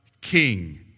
king